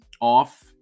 off